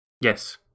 Yes